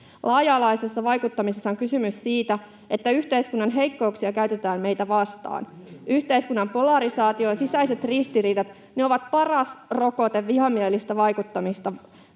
Laaja-alaisessa vaikuttamisessa on kysymys siitä, että yhteiskunnan heikkouksia käytetään meitä vastaan. Yhteiskunnan polarisaatio, [Ben Zyskowicz: Nimenomaan!] sisäiset ristiriidat,